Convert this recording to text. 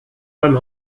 beim